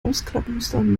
ausklabüstern